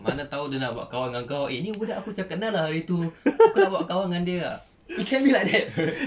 mana tahu dia nak buat kawan dengan kau ini budak aku macam kenal ah hari tu aku nak buat kawan dengan dia ah it can be like that [pe]